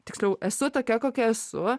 tiksliau esu tokia kokia esu